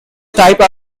type